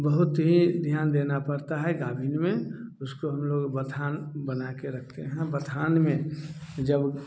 बहुत ही ध्यान पड़ता है गाभिन में उसको हम लोग बथान बना के रखते हैं बथान में जब